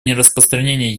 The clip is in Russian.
нераспространение